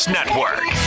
Network